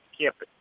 campus